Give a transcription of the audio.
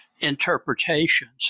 interpretations